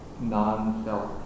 non-self